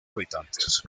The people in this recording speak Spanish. habitantes